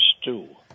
stew